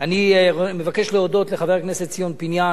אני מבקש להודות לחבר הכנסת ציון פיניאן,